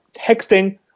Texting